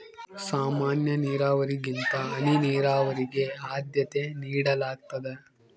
ಸಾಮಾನ್ಯ ನೇರಾವರಿಗಿಂತ ಹನಿ ನೇರಾವರಿಗೆ ಆದ್ಯತೆ ನೇಡಲಾಗ್ತದ